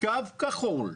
קו כחול,